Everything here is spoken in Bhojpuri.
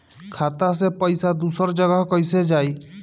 खाता से पैसा दूसर जगह कईसे जाई?